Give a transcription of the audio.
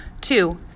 Two